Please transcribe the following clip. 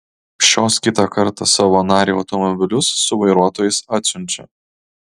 šios kitą kartą savo narei automobilius su vairuotojais atsiunčia